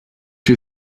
you